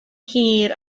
hir